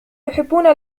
يحبون